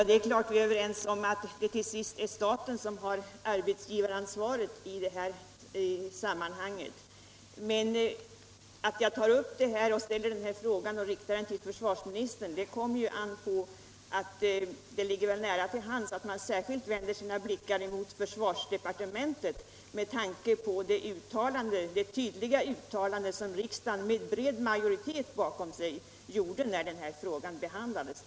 Herr talman! Vi är överens om att det ytterst är staten som har arbetsgivaransvaret i detta sammanhang. Att jag har ställt denna fråga till försvarsministern beror på att det ligger nära till hands att särskilt vända sina blickar mot försvarsdepartementet med tanke på det tydliga uttalande som riksdagen med bred majoritet bakom sig gjorde när den här frågan behandlades.